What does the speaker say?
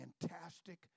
fantastic